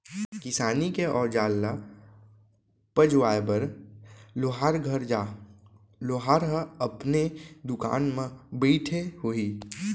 किसानी के अउजार ल पजवाए बर लोहार घर जा, लोहार ह अपने दुकान म बइठे होही